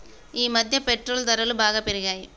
ఈమధ్య పెట్రోల్ ధరలు బాగా పెరిగాయి